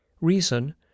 Reason